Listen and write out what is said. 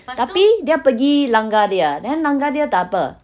tapi dia pergi langgar dia then langgar dia tak apa